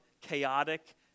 chaotic